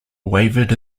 wavered